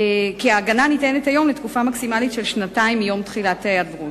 כי ההגנה ניתנת היום לתקופה מקסימלית של שנתיים מיום תחילת ההיעדרות.